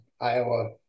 Iowa